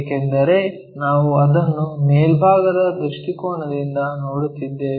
ಏಕೆಂದರೆ ನಾವು ಅದನ್ನು ಮೇಲ್ಭಾಗದ ದೃಷ್ಟಿಕೋನದಿಂದ ನೋಡುತ್ತಿದ್ದೇವೆ